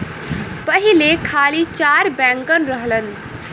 पहिले खाली चार बैंकन रहलन